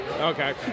Okay